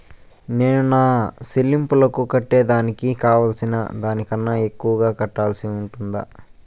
నేను నా సెల్లింపులకు కట్టేదానికి కట్టాల్సిన దానికన్నా ఎక్కువగా కట్టాల్సి ఉంటుందా?